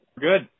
Good